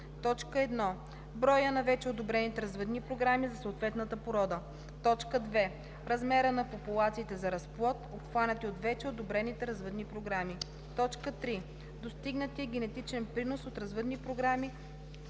1. броя на вече одобрените развъдни програми за съответната порода; 2. размера на популациите за разплод, обхванати от вече одобрените развъдни програми; 3. достигнатия генетичен принос от развъдни програми